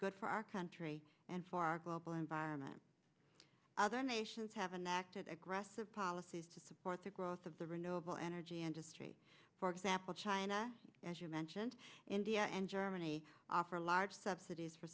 good for our country and for our global environment other nations have an active aggressive policies to support the growth of the renewable energy industry for example china as you mentioned india and germany offer large subsidies for